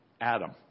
Adam